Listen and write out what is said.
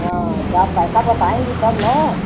हाँ तो आप पैसा बताएँगी तब ना